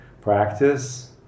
practice